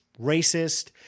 racist